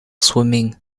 swimming